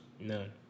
None